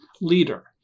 leader